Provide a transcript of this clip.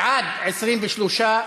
בעד, 23,